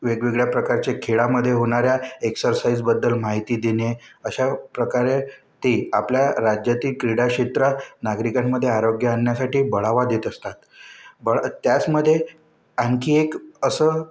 वेगवेगळ्या प्रकारचे खेळामध्ये होणाऱ्या एक्सरसाइजबद्दल माहिती देणे अशा प्रकारे ते आपल्या राज्यातील क्रीडा क्षेत्रात नागरिकांमध्ये आरोग्य आणण्यासाठी बढावा देत असतात ब त्याचमध्ये आणखी एक असं